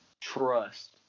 Trust